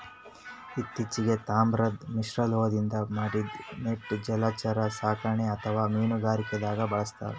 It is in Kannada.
ಇತ್ತಿಚೀಗ್ ತಾಮ್ರದ್ ಮಿಶ್ರಲೋಹದಿಂದ್ ಮಾಡಿದ್ದ್ ನೆಟ್ ಜಲಚರ ಸಾಕಣೆಗ್ ಅಥವಾ ಮೀನುಗಾರಿಕೆದಾಗ್ ಬಳಸ್ತಾರ್